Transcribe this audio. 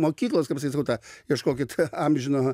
mokyklos kaip pasakyt sakau tą ieškokit amžino